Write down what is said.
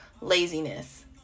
laziness